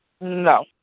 no